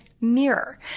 mirror